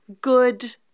good